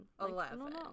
eleven